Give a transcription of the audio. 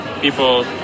people